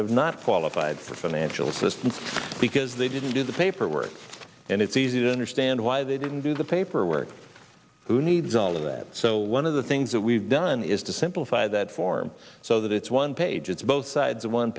have not qualified for financial assistance because they didn't do the paperwork and it's easy to understand why they didn't do the paperwork who needs all of that so one of the things that we've done is to simplify that form so that it's one page it's both sides of one